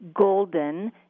Golden